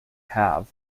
have